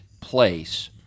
place